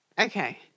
Okay